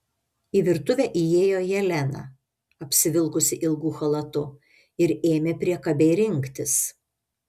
į virtuvę įėjo jelena apsivilkusi ilgu chalatu ir ėmė priekabiai rinktis